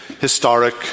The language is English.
historic